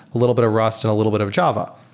a little bit of rust and a little bit of java.